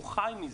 הוא חי מזה.